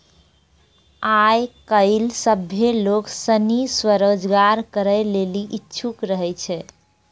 आय काइल सभ्भे लोग सनी स्वरोजगार करै लेली इच्छुक रहै छै